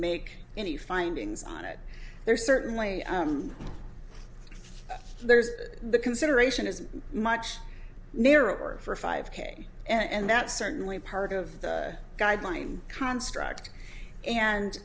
make any findings on it there's certainly there's the consideration is much narrower for a five k and that's certainly part of a guideline construct and